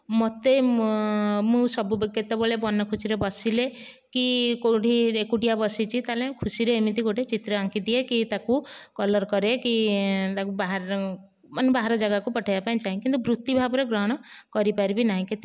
ମୋତେ ମୁଁ ମୁଁ ସବୁ କେତେବେଳେ ମନଖୁସିରେ ବସିଲେ କି କେଉଁଠି ଏକୁଟିଆ ବସିଛି ତା'ହେଲେ ଖୁସିରେ ଏମିତି ଗୋଟିଏ ଚିତ୍ର ଆଙ୍କି ଦିଏ କି ତାକୁ କଲର୍ କରେ କି ତାକୁ ବାହାର ମାନେ ବାହାର ଯାଗାକୁ ପଠାଇବାକୁ ଚାହେଁ କିନ୍ତୁ ବୃତ୍ତି ଭାବରେ ଗ୍ରହଣ କରି ପାରିବିନାହିଁ